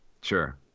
Sure